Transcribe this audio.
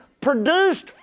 produced